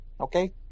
okay